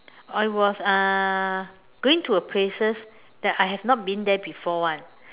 I was uh going to a places that I have not been there before [one]